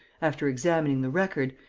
after examining the record,